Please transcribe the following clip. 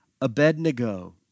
Abednego